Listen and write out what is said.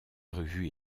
revue